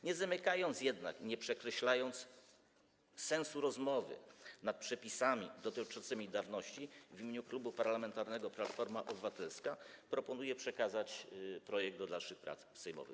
Nie zamykając jednak dyskusji i nie przekreślając sensu rozmowy nad przepisami dotyczącymi dawności, w imieniu Klubu Parlamentarnego Platforma Obywatelska proponuję przekazać projekt do dalszych prac sejmowych.